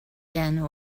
end